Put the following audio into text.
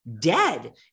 dead